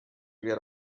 get